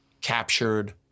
captured